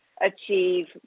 achieve